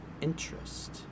interest